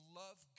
love